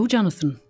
Jonathan